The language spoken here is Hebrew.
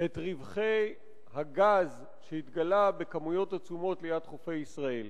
את רווחי הגז שהתגלה בכמויות עצומות ליד חופי ישראל.